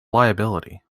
liability